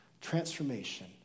Transformation